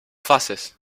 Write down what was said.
fases